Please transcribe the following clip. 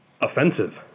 offensive